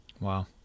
Wow